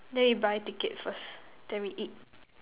then you buy ticket first then we eat